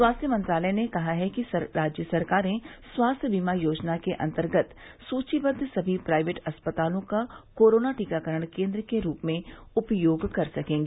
स्वास्थ्य मंत्रालय ने कहा है कि राज्य सरकारें स्वास्थ्य बीमा योजना के अंतर्गत सूचीबद्ध सभी प्राइवेट अस्पतालों का कोरोना टीकाकरण केन्द्र के रूप में उपयोग कर सकेंगी